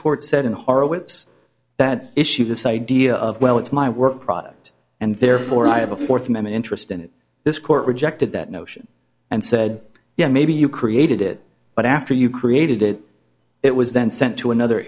court said and horowitz that issue this idea of well it's my work product and therefore i have a fourth man interest in it this court rejected that notion and said yes maybe you created it but after you created it it was then sent to another